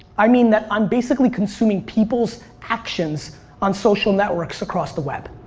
i mean that i'm basically consuming people's actions on social networks across the web.